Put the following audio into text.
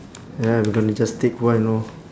ya I'm gonna just take one know